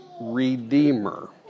redeemer